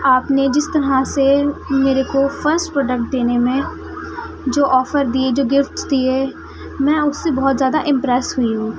آپ نے جس طرح سے میرے کو فسٹ پروڈکٹ دینے میں جو آفر دی جو گفٹس دیے میں آپ سے بہت زیادہ امپریس ہوئی ہوں